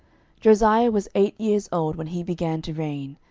josiah was eight years old when he began to reign,